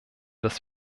das